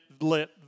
lit